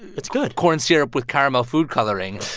it's good. corn syrup with caramel food coloring.